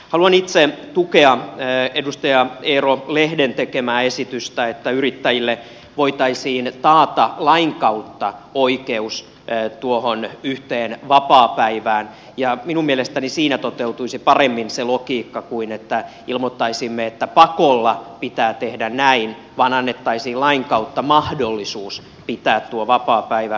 haluan itse tukea edustaja eero lehden tekemää esitystä että yrittäjille voitaisiin taata lain kautta oikeus tuohon yhteen vapaapäivään ja minun mielestäni siinä toteutuisi paremmin se logiikka kuin siinä että ilmoittaisimme että pakolla pitää tehdä näin vaan annettaisiin lain kautta mahdollisuus pitää tuo vapaapäivä